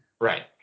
Right